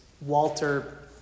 Walter